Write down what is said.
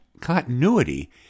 continuity